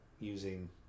Using